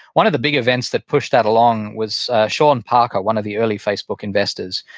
one of the big events that pushed that alone was sean parker, one of the early facebook investors,